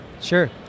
Sure